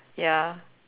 ya